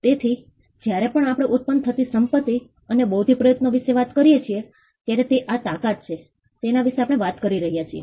તેથી જ્યારે પણ આપણે ઉત્પન્ન થતી સંપત્તિ અને બૌદ્ધિક પ્રયત્નો વિશે વાત કરીએ છીએ ત્યારે તે આ તાકાત છે જેના વિશે આપણે વાત કરી રહ્યા છીએ